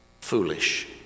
foolish